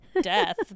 death